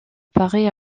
paris